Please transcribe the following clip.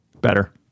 Better